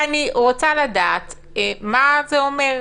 אני רוצה לדעת מה זה אומר.